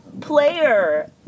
player